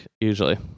usually